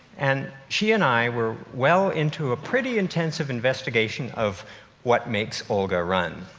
and she and i were well into a pretty intensive investigation of what makes olga run.